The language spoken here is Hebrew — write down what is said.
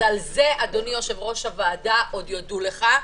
על זה, אדוני יושב-ראש הוועדה, עוד יודו לך.